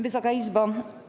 Wysoka Izbo!